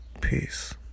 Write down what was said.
peace